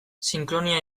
sinkronia